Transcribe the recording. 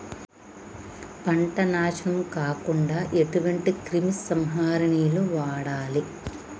పంట నాశనం కాకుండా ఎటువంటి క్రిమి సంహారిణిలు వాడాలి?